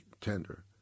Tender